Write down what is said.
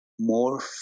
more